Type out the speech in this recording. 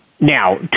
Now